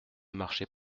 marchait